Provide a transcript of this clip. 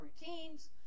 routines